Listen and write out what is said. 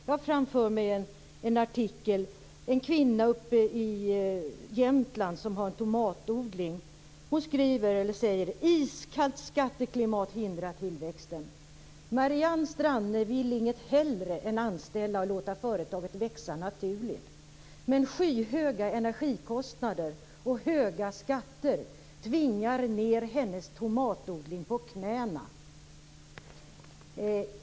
Jag har framför mig en artikel om en kvinna i Jämtland som har tomatodling. Hon säger: Iskallt skatteklimat hindrar tillväxten. Marianne Stranne vill inget hellre än anställa och låta företaget växa naturligt. Men skyhöga energikostnader och höga skatter tvingar ned hennes tomatodling på knäna.